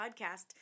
podcast